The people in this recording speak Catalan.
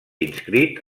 inscrit